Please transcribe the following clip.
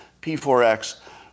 P4X